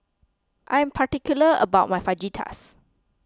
I'm particular about my Fajitas